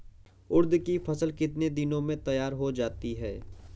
उड़द की फसल कितनी दिनों में तैयार हो जाती है?